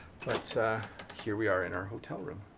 but here we are in our hotel room.